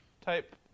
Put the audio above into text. type